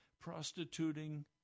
prostituting